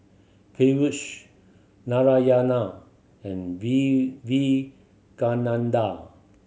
Peyush Narayana and Vivekananda